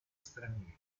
stranieri